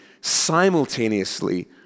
simultaneously